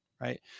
right